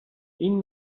این